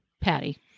Patty